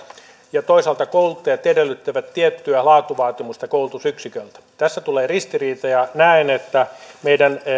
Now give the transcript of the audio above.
ja toisaalta kouluttajat edellyttävät tiettyä laatuvaatimusta koulutusyksiköiltä tässä tulee ristiriita ja näen että meidän